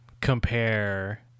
compare